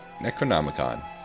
Necronomicon